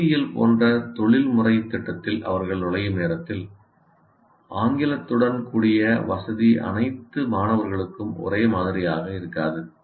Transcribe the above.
பொறியியல் போன்ற தொழில்முறை திட்டத்தில் அவர்கள் நுழையும் நேரத்தில் ஆங்கிலத்துடன் கூடிய வசதி அனைத்து மாணவர்களுக்கும் ஒரே மாதிரியாக இருக்காது